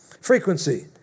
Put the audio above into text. Frequency